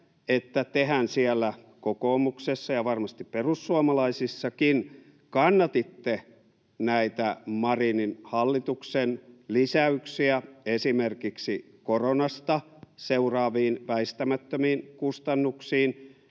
että tehän siellä kokoomuksessa ja varmasti perussuomalaisissakin kannatitte näitä Marinin hallituksen lisäyksiä esimerkiksi koronasta seuraaviin väistämättömiin kustannuksiin,